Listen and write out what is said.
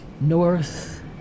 North